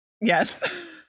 yes